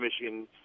Michigan